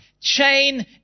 chain